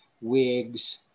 wigs